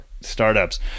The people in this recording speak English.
startups